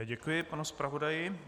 Děkuji panu zpravodaji.